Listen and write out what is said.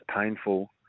painful